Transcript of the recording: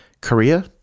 korea